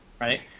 right